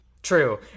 True